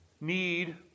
need